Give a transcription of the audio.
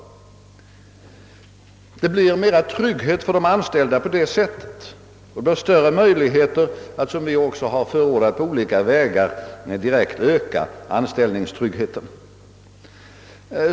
Det blir större trygg het för de anställda på det sättet och därigenom större möjligheter att, såsom vi också har förordat, på olika vägar direkt öka anställningstryggheten.